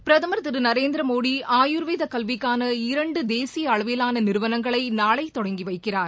பிரதமர் திருநரேந்திரமோடி ஆயுர்வேதகல்விக்கான இரண்டுதேசிய அளவிலான நிறுவனங்களை நாளை தொடங்கிவைக்கிறார்